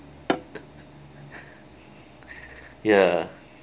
ya